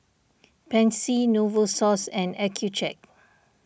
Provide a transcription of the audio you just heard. Pansy Novosource and Accucheck